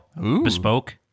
bespoke